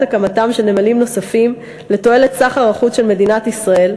הקמתם של נמלים נוספים לתועלת סחר החוץ של מדינת ישראל,